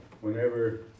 whenever